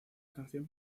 canción